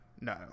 no